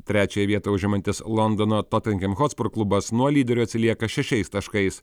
trečiąją vietą užimantis londono totanhem hospor klubas nuo lyderių atsilieka šešiais taškais